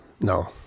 No